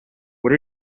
what